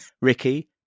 Ricky